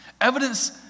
Evidence